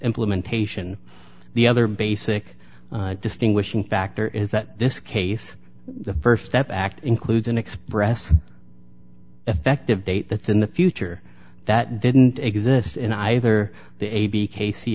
implementation the other basic distinguishing factor is that this case the st step act includes an express effective date that's in the future that didn't exist in either